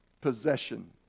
possession